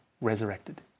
resurrected